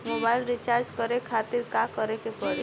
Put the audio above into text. Mobile recharge करे खातिर का करे के पड़ी?